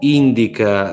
indica